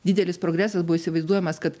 didelis progresas buvo įsivaizduojamas kad